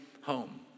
home